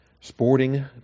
Sporting